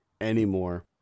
anymore